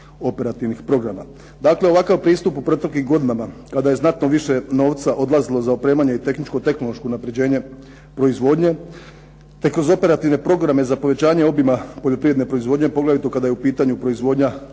operativnih programa. Dakle, ovakav pristup u proteklim godinama kada je znatno više novca odlazilo za opremanje i tehničko tehnološko unapređenje proizvodnje, te kroz operativne programe za povećanje obijma poljoprivredne proizvodnje, poglavito kada je u pitanju proizvodnja